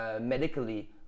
medically